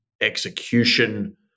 execution